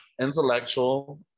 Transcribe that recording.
Intellectual